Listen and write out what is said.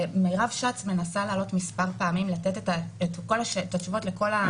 מירב שץ מנסה לעלות מספר פעמים כדי לתת את התשובות לכל השאלות.